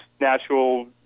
natural